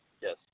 Yes